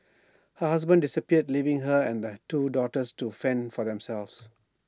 her husband disappeared leaving her and that two daughters to fend for themselves